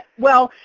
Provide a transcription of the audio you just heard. well,